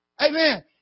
Amen